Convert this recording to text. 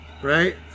right